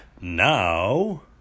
now